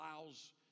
allows